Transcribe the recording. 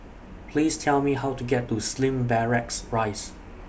Please Tell Me How to get to Slim Barracks Rise